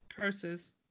Curses